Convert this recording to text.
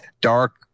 dark